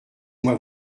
moi